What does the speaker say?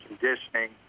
conditioning